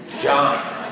John